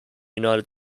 united